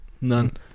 none